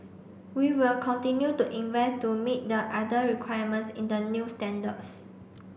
we will continue to invest to meet the other requirements in the new standards